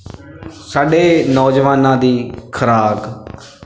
ਸਾਡੇ ਨੌਜਵਾਨਾਂ ਦੀ ਖੁਰਾਕ